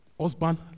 Husband